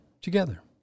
Together